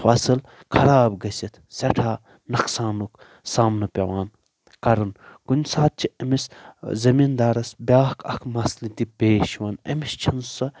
فصل خراب گٔژھِتھ سٮ۪ٹھاہ نۄقصانُک سامنہٕ پیٚوان کَرُن کُنہِ ساتہٕ چھِ أمس زٔمیٖندارس بیٛاکھ اکھ مسلہٕ تہِ پیش یِوان أمس چھنہٕ سۄ